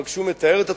אבל כשהוא מתאר את עצמו,